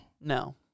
No